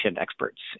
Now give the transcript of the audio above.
experts